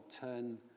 turn